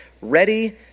ready